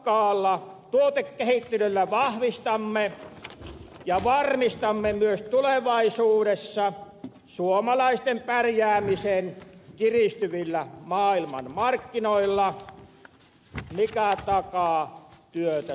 voimakkaalla tuotekehittelyllä vahvistamme suomalaisten pärjäämistä kiristyvillä maailmanmarkkinoilla ja varmistamme sen myös tulevaisuudessa mikä takaa työtä suomalaisille